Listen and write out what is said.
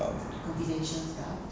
um